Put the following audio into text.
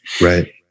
Right